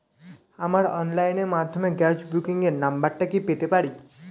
আমার অনলাইনের মাধ্যমে গ্যাস বুকিং এর নাম্বারটা কি পেতে পারি?